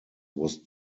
was